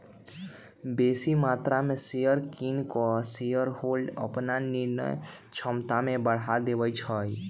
बेशी मत्रा में शेयर किन कऽ शेरहोल्डर अप्पन निर्णय क्षमता में बढ़ा देइ छै